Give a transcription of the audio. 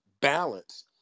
balance